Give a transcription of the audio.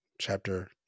Chapter